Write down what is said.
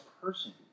person